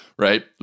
right